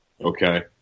okay